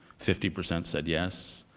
fifty percent said yes.